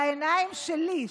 בעיניים שלי,